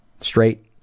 straight